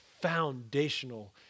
foundational